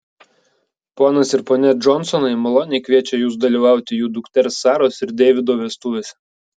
ponas ir ponia džonsonai maloniai kviečia jus dalyvauti jų dukters saros ir deivido vestuvėse